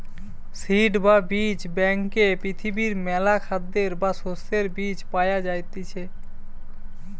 seed বা বীজ ব্যাংকে পৃথিবীর মেলা খাদ্যের বা শস্যের বীজ পায়া যাইতিছে